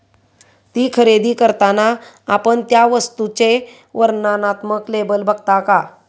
ती खरेदी करताना आपण त्या वस्तूचे वर्णनात्मक लेबल बघता का?